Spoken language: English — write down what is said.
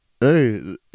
Hey